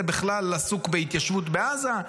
זה בכלל עסוק בהתיישבות בעזה.